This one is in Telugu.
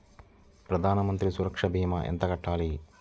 ప్రధాన మంత్రి సురక్ష భీమా ఎంత కట్టాలి?